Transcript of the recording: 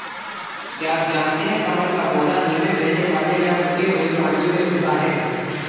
क्या आप जानते है कमल का पौधा धीमे बहने वाले या रुके हुए पानी में उगता है?